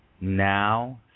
now